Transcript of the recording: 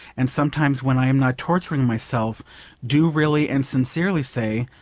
and sometimes when i am not torturing myself do really and sincerely say,